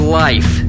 life